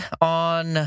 on